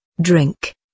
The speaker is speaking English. drink